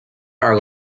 are